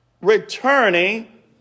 Returning